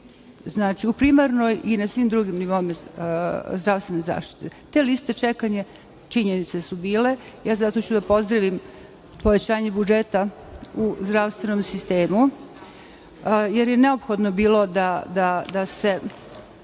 odnos u primarnoj i na svim drugim nivoima zdravstvene zaštite. Te liste čekanja, činjenica su bile. Zato ću da pozdravim povećanje budžeta u zdravstvenom sistemu, jer je neophodno bilo da se